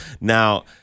Now